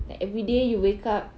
like everyday you wake up